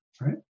Right